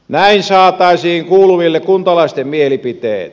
näin saataisiin kuuluville kuntalaisten mielipiteet